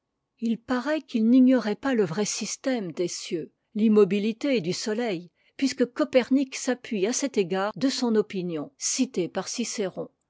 il paraît qu'il n'ignorait pas le vrai système des cieux l'immobilité du soleil puisque copernie s'appuie à cet égard de son opinion citée par cicéron